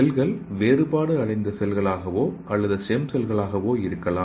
செல்கள் வேறுபாடு அடைந்த செல்கள் ஆகவோ அல்லது அது ஸ்டெம் செல்கள் ஆகவோ இருக்கலாம்